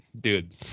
dude